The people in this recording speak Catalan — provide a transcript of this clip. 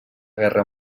guerra